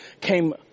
came